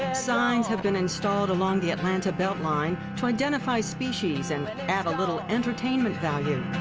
signs have been installed along the atlanta beltline to identify species and and add a little entertainment value!